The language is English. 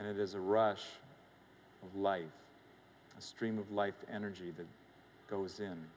and it is a rush of life a stream of life energy that goes in